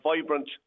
vibrant